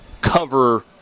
cover